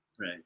Right